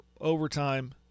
overtime